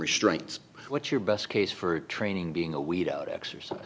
restraints what's your best case for training being a weed out exorcis